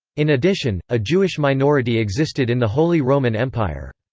in addition, a jewish minority existed in the holy roman empire.